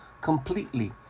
completely